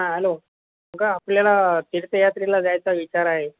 हा हॅलो अगं आपल्याला तीर्थयात्रेला जायचा विचार आहे